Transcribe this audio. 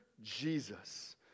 Jesus